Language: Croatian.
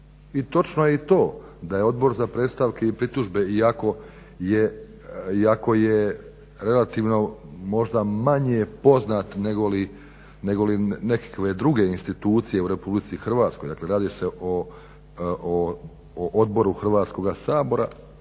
točno je i to da je Odbor za predstavke i pritužbe iako je relativno možda manje poznat nego nekakve druge institucije u Republici Hrvatskoj, dakle radi se o odboru Hrvatskoga sabora,